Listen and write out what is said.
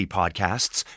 podcasts